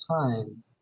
time